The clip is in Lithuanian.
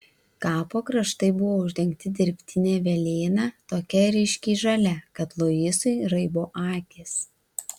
kapo kraštai buvo uždengti dirbtine velėna tokia ryškiai žalia kad luisui raibo akys